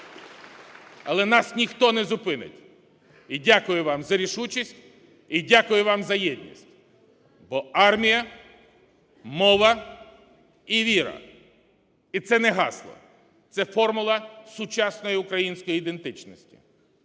Але нас ніхто не зупинить. І дякую вам за рішучість, і дякую вам за єдність. Бо армія, мова і віра. І це не гасла, це формула сучасної української ідентичності.